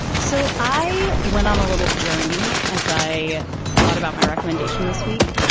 so i went on a little journey as i thought about my recommendation this week.